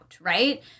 right